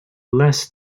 less